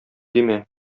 димә